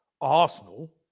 Arsenal